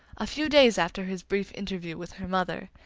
a few days after his brief interview with her mother,